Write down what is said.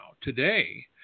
today